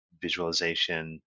visualization